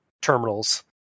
terminals